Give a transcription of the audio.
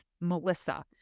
Melissa